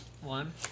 One